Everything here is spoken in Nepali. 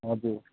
हजुर